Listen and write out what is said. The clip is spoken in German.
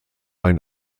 ein